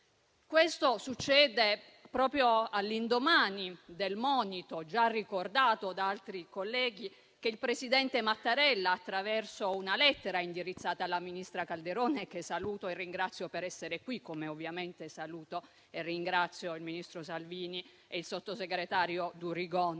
Questo succede proprio all'indomani del monito, già ricordato da altri colleghi, del presidente Mattarella, attraverso una lettera indirizzata alla ministra Calderone, che saluto e ringrazio per essere qui, come ovviamente saluto e ringrazio il ministro Salvini e il sottosegretario Durigon.